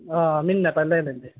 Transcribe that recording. हां म्हीने पैह्ले गै लैंदे